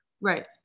Right